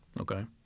Okay